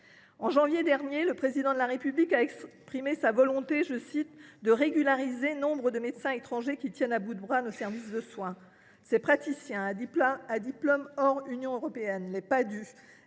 En janvier dernier, le Président de la République a exprimé sa volonté de « régulariser nombre de médecins étrangers qui tiennent à bout de bras nos services de soins ».